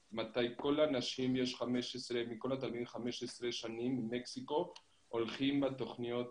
כשהתלמידים 15 שנים, במקסיקו, הולכים לתוכניות